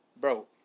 Bro